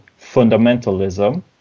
fundamentalism